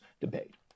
debate